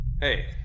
Hey